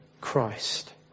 Christ